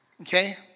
okay